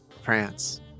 France